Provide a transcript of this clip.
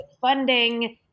funding